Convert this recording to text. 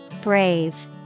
Brave